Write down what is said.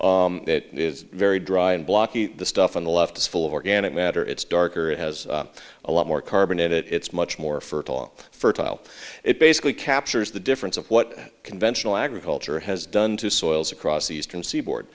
that is very dry and blocky the stuff on the left is full of organic matter it's darker it has a lot more carbon in it it's much more fertile fertile it basically captures the difference of what conventional agriculture has done to soils across the eastern seaboard